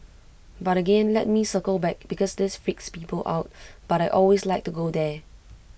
but again let me circle back because this freaks people out but I always like to go there